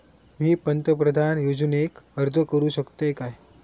मी पंतप्रधान योजनेक अर्ज करू शकतय काय?